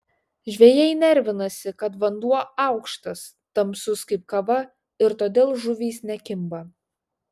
žvejai nervinasi kad vanduo aukštas tamsus kaip kava ir todėl žuvys nekimba